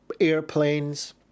airplanes